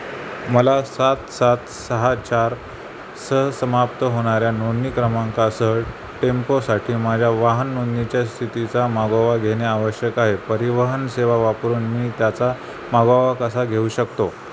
मला सात सात सहा चारसह समाप्त होणाऱ्या नोंदणी क्रमांकासह टेम्पोसाठी माझ्या वाहन नोंदणीच्या स्थितीचा मागोवा घेणे आवश्यक आहे परिवहन सेवा वापरून मी त्याचा मागोवा कसा घेऊ शकतो